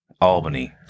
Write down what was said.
Albany